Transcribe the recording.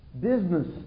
business